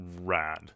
Rad